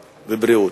ובריאות.